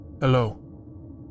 Hello